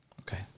Okay